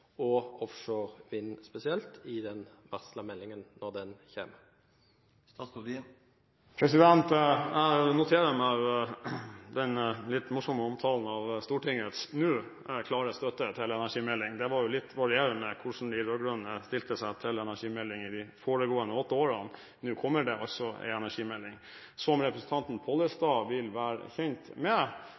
og offshorevind spesielt i den varslede meldingen når den kommer? Jeg noterer meg den litt morsomme omtalen av Stortingets «nå» klare støtte til energimelding. Det var jo litt varierende hvordan de rød-grønne stilte seg til energimelding i de foregående åtte årene. Nå kommer det altså en energimelding. Som representanten Pollestad vil være kjent med,